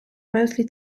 mostly